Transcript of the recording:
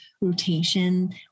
rotation